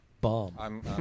Bomb